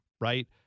right